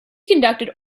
conducted